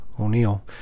O'Neill